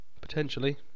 potentially